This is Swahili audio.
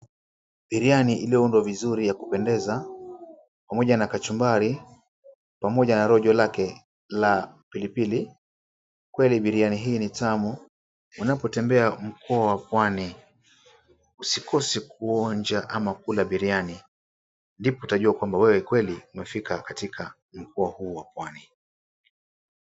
Biriani iliyoundwa vizuri ya kupendeza pamoja na kachumbari pamoja na rojo lake la pilipili. Kweli biriani hii ni tamu. Unapotembea mkoa wa pwani, usikose kuonja ama kula biriani ndipo utajua kwamba wewe kweli umefika katika mkoa huu wa pwani.